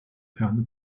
ferne